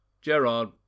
Gerard